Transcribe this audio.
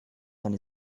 dann